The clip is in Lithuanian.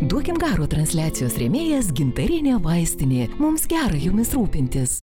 duokim garo transliacijos rėmėjas gintarinė vaistinė mums gera jumis rūpintis